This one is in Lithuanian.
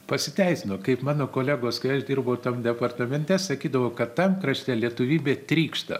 pasiteisino kaip mano kolegos kai aš dirbau departamente sakydavo kad tam krašte lietuvybė trykšta